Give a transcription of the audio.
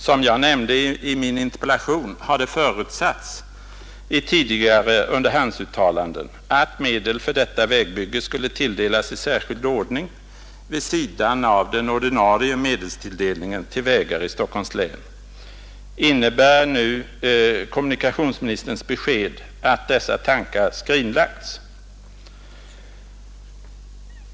Som jag nämnde i min interpellation har det förutsatts i tidigare underhandsuttalanden att medel för detta vägbygge skulle tilldelas i särskild ordning vid sidan av den ordinarie medelstilldelningen till vägar i Stockholms län. Innebär kommunikationsministerns besked att dessa tankar skrinlagts?